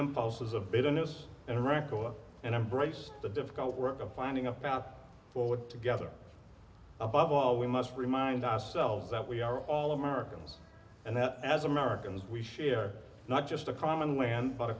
impulses of bitterness and reco us and embrace the difficulty of finding a path forward together above all we must remind ourselves that we are all americans and that as americans we share not just a common land but a